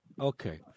Okay